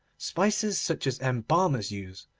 spices such as embalmers use,